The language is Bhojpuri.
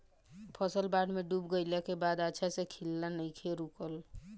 फसल बाढ़ में डूब गइला के बाद भी अच्छा से खिलना नइखे रुकल